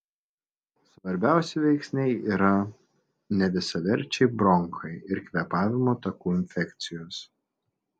svarbiausi veiksniai yra nevisaverčiai bronchai ir kvėpavimo takų infekcijos